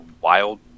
wild